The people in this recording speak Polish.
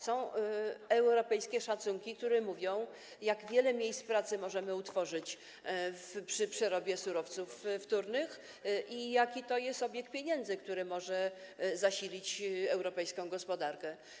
Są europejskie szacunki, które mówią, jak wiele miejsc pracy możemy utworzyć przy przerobie surowców wtórnych i jaki to jest obieg pieniędzy, który może przecież zasilić europejską gospodarkę.